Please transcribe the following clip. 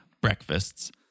breakfasts